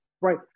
right